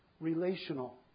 relational